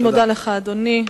אני מודה לך, אדוני.